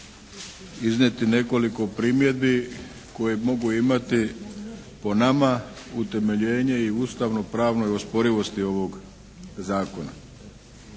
iznijeti nekoliko primjedbi koje mogu imati po nama utemeljenje i ustavno-pravnoj osporivosti ovoga zakona.